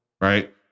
right